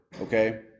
okay